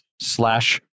slash